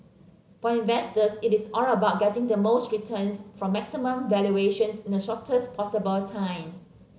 for investors it is all about getting the most returns from maximum valuations in the shortest possible time